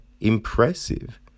impressive